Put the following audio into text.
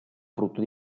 frutto